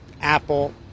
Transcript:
Apple